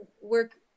work